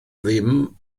ddim